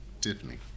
Tiffany